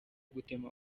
gutema